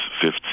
Fifth